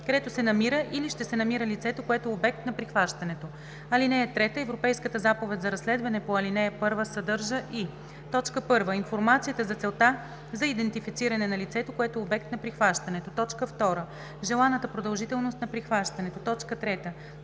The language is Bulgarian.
където се намира или ще се намира лицето, което е обект на прихващането. (3) Европейската заповед за разследване по ал. 1 съдържа и: 1. информацията за целта за идентифициране на лицето, което е обект на прихващането; 2. желаната продължителност на прихващането; 3.